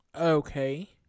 Okay